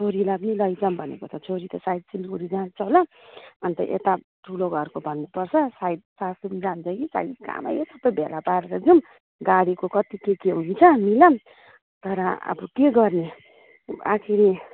छोरीलाई पनि लैजाऊँ भनेको त छोरी त सायद सिलगढी जान्छ होला अन्त यता ठुलो घरको भन्नुपर्छ सायद सासु पनि जान्छ कि खाली गाँवै सबै भेला पारेर जाऊँ गाडीको कत्ति के के हुन्छ मिलाऊँ तर अब के गर्ने आखिरी